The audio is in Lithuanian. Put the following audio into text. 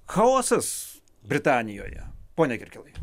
chaosas britanijoje pone kirkilai